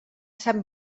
sant